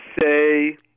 say